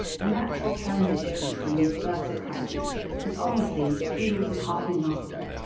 the natural transition from these first surprises was obviously into peals of hearty laughter,